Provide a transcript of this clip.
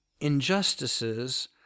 injustices